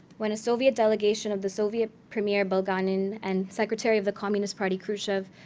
when a soviet delegation of the soviet premier bulganin and secretary of the communist party, khrushchev,